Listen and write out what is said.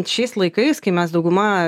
šiais laikais kai mes dauguma